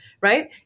right